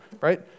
right